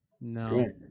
No